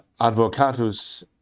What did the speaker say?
Advocatus